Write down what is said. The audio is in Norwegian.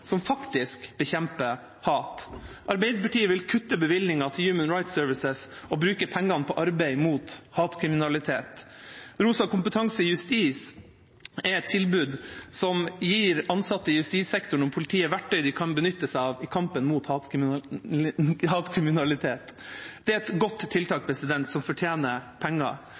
som faktisk bekjemper hat. Arbeiderpartiet vil kutte bevilgningen til Human Rights Service og bruke pengene på arbeid mot hatkriminalitet. Rosa kompetanse justis er et tilbud som gir ansatte i justissektoren og politiet verktøy de kan benytte seg av i kampen mot hatkriminalitet. Det er et godt tiltak som fortjener penger.